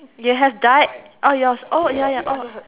you have died oh yours oh ya ya oh